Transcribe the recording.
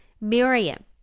Miriam